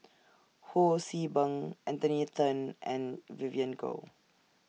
Ho See Beng Anthony Then and Vivien Goh